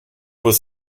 was